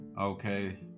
okay